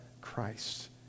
Christ